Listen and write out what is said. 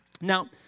Now